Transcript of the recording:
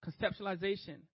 conceptualization